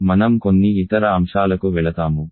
మనం కొన్ని ఇతర అంశాలకు వెళతాము